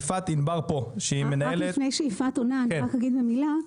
יפעת ענבר שהיא מנהלת --- רק לפני שיפעת עונה אני רק אגיד במילה,